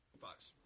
Fox